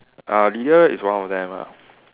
uh Lydia is one of them ah